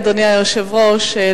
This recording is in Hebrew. אדוני היושב-ראש,